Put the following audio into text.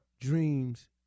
dreams